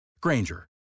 Granger